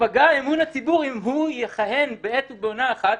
ייפגע אמון הציבור אם הוא יכהן בעת ובעונה אחת